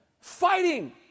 Fighting